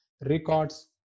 records